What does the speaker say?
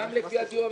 גם לפי הדיור הממשלתי.